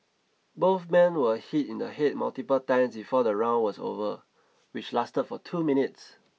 both men were hit in the head multiple times before the round was over which lasted for two minutes